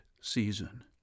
season